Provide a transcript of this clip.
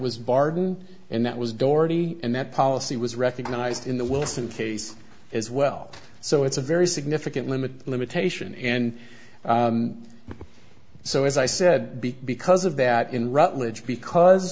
was bargain and that was dorothy and that policy was recognized in the wilson case as well so it's a very significant limit limitation and so as i said because of that in rutledge because